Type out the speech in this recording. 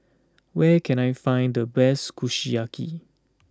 where can I find the best Kushiyaki